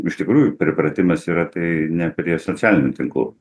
iš tikrųjų pripratimas yra tai ne prie socialinių tinklų